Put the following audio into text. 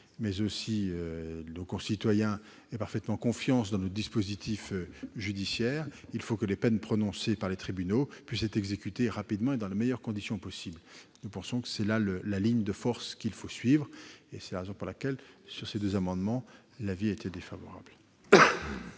générale, nos concitoyens, aient parfaitement confiance dans notre dispositif judiciaire, il faut que les peines prononcées par les tribunaux puissent être exécutées rapidement et dans les meilleures conditions possibles. Nous pensons que c'est là la ligne de force qu'il faut suivre. C'est la raison pour laquelle, sur ces deux amendements, la commission